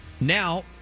Now